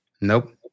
Nope